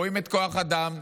רואים את כוח האדם,